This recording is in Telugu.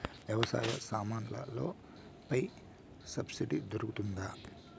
వ్యవసాయ సామాన్లలో పై సబ్సిడి దొరుకుతుందా?